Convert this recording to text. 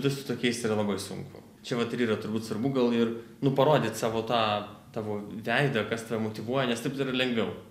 tai su tokiais yra labai sunku čia vat ir yra turbūt svarbu gal ir parodyt savo tą tavo veidą kas tave motyvuoja nes taip tai yra lengviau